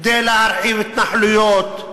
כדי להרחיב התנחלויות,